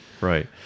right